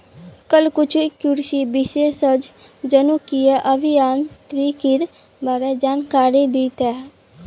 कल कुछ कृषि विशेषज्ञ जनुकीय अभियांत्रिकीर बा र जानकारी दी तेक